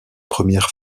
premières